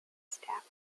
staff